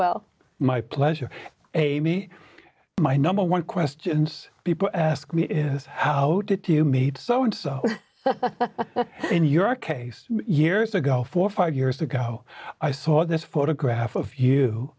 well my pleasure amy my number one questions people ask me how did you meet so and so in your case years ago four five years ago i saw this photograph of you